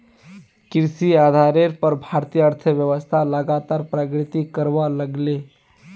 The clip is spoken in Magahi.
कृषि आधारेर पोर भारतीय अर्थ्वैव्स्था लगातार प्रगति करवा लागले